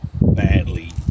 badly